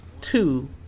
two